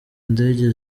ndege